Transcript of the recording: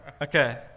okay